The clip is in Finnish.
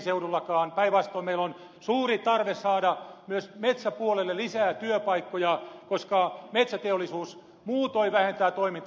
päinvastoin meillä on suuri tarve saada myös metsäpuolelle lisää työpaikkoja koska metsäteollisuus muutoin vähentää toimintaa